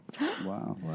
Wow